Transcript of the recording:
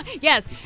Yes